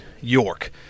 York